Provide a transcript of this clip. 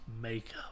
makeup